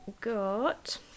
got